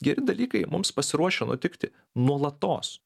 geri dalykai mums pasiruošę nutikti nuolatos